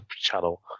channel